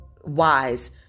wise